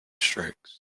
strokes